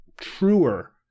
truer